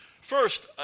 First